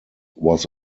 was